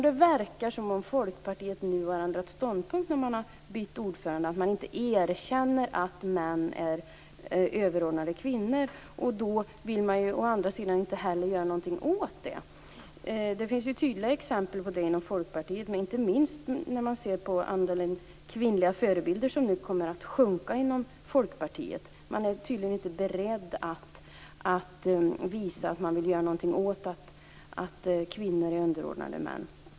Det verkar som om Folkpartiet har ändrat ståndpunkt i och med att partiet har bytt ordförande, dvs. att man inom partiet inte erkänner att män är överordnade kvinnor. Då vill man inte heller göra något åt det. Det finns tydliga exempel på detta inom Folkpartiet, inte minst när andelen kvinnliga förebilder kommer att sjunka inom Folkpartiet. Man är tydligen inte beredd att visa att man vill göra någonting åt att kvinnor är underordnade män.